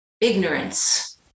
ignorance